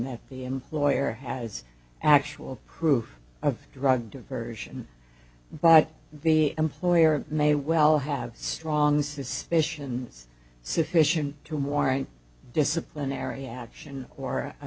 that the employer has actual proof of drug diversion but the employer may well have strong suspicions sufficient to warrant disciplinary action or a